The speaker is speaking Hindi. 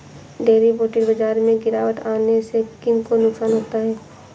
डेरिवेटिव बाजार में गिरावट आने से किन को नुकसान होता है?